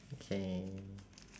okay